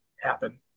happen